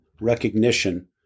recognition